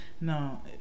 no